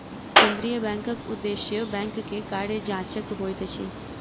केंद्रीय बैंकक उदेश्य बैंक के कार्य जांचक होइत अछि